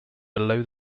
below